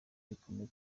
rikomeye